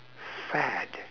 fad